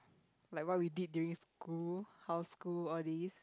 like what we did during school how's school all these